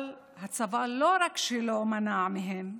אבל הצבא לא רק שלא מנע מהם,